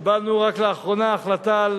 קיבלנו רק לאחרונה החלטה על